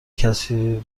کسی